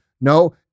No